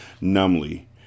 Numbly